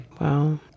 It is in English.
Wow